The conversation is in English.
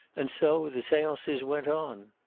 and so the seances went on.